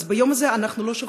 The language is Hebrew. אז ביום הזה אנחנו לא שוכחים.